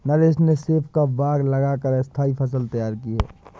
नरेश ने सेब का बाग लगा कर स्थाई फसल तैयार की है